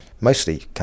mostly